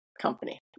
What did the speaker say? company